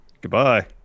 Goodbye